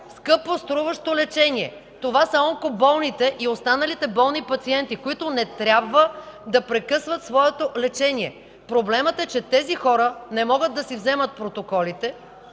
скъпоструващо лечение. Това са онкоболните и останалите болни пациенти, които не трябва да прекъсват своето лечение. Проблемът е, че тези хора не могат да си вземат протоколите